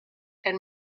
and